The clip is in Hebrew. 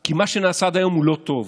כי מה שנעשה עד היום הוא לא טוב,